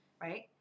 right